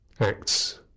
acts